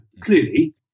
Clearly